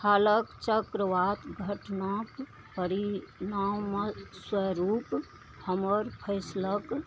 हालक चक्रवात घटनाक परिणामस्वरूप हमर फसलक